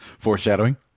Foreshadowing